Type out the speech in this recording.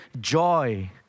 joy